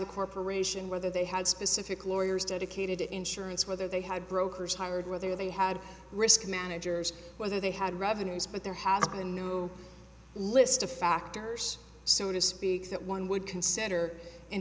the corporation whether they had specific lawyers dedicated to insurance whether they had brokers hired whether they had risk managers whether they had revenues but there has been no list of factors soon as speak that one would consider in